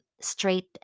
straight